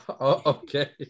Okay